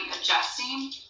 adjusting